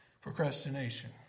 Procrastination